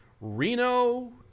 Reno